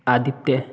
Aditya